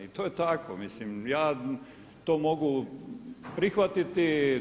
I to je tako, mislim ja to mogu prihvatiti.